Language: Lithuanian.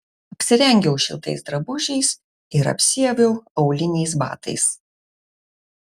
apsirengiau šiltais drabužiais ir apsiaviau auliniais batais